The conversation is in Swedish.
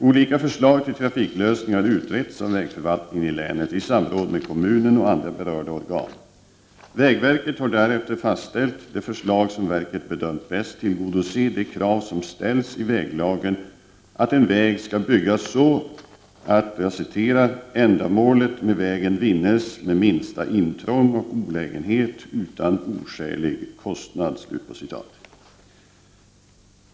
Olika förslag till trafiklösning har utretts av vägförvaltningen i länet i samråd med kommunen och andra berörda organ. Vägverket har därefter fastställt det förslag som verket bedömt bäst tillgodose de krav som ställs i väglagen, att en väg skall byggas så ”att ändamålet med vägen vinnes med minsta intrång och olägenhet utan oskälig kostnad”.